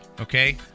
Okay